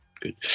Good